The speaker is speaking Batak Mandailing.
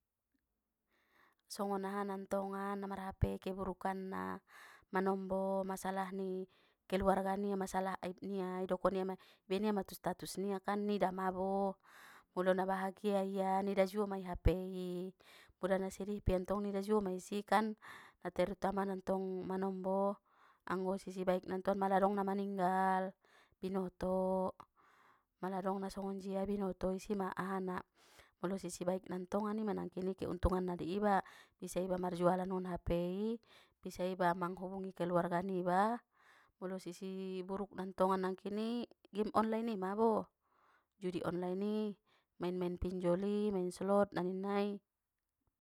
Songon aha na ntongan keburukan na namarhapei manombo, masalah ni keluarga nia masalah aib nia idokon ia ibaen ia ma tu statusnia kan nida mabo molo na bahagia ia nida juo ma i hapei pula na sedih pe iantong nida juo ma isikan na terutama na ntong manombo anggo sisi baik na ntong mala dong na maninggal binoto mala dong nasongonjia binoto isi ma aha na molo sisi baikna ntongan ima nangkini keuntunganna di iba bisa iba marjualan ngon hapei bisa iba manghubungi keluarga niba molo sisi burukna ntongan nangkini gim online imabo judi online i main-main pinjoli main slot na ninnai.